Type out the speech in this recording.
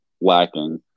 lacking